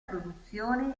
produzione